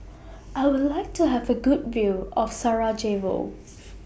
I Would like to Have A Good View of Sarajevo